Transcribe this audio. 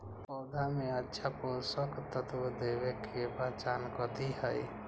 पौधा में अच्छा पोषक तत्व देवे के पहचान कथी हई?